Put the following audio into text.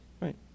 right